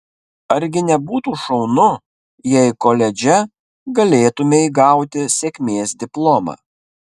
argi nebūtų šaunu jei koledže galėtumei gauti sėkmės diplomą